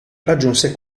raggiunse